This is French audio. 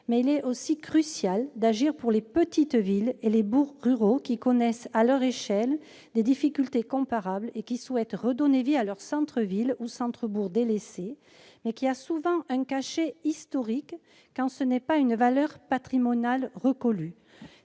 est tout aussi crucial d'agir pour les petites villes et les bourgs ruraux. Ceux-ci connaissent à leur échelle des difficultés comparables et souhaitent redonner vie à leur centre-ville ou centre-bourg délaissé, mais qui a souvent un cachet historique, quand ce n'est pas une valeur patrimoniale reconnue.